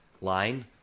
line